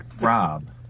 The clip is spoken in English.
Rob